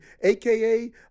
AKA